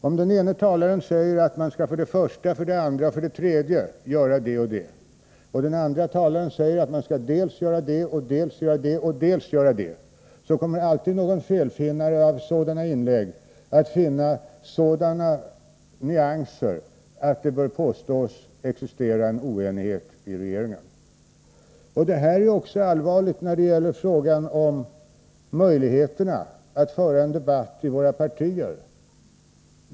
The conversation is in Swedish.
Om den ene talaren säger att man för det första, för det andra och för det tredje skall göra det och det, och den andre talaren säger att man skall göra dels det och dels det, så upptäcker alltid någon felfinnare sådana nyanser som gör att det kan påstås existera oenighet i regeringen. Det här är också allvarligt när det gäller frågan om möjligheterna att föra en debatt i våra partier.